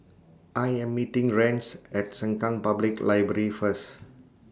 I Am meeting Rance At Sengkang Public Library First